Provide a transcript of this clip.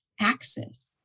axis